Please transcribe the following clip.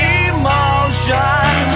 emotion